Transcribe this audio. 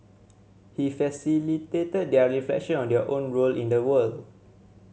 he facilitated their reflection on their own role in the world